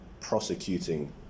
prosecuting